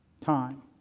time